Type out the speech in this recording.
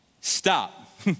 stop